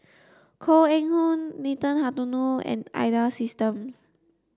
Koh Eng Hoon Nathan Hartono and Ida systems